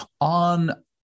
on